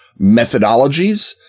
methodologies